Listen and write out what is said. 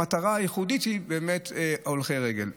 המטרה הייחודית היא באמת הולכי הרגל.